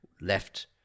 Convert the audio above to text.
left